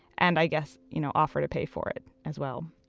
and i guess you know offer to pay for it as well.